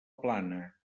plana